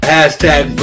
Hashtag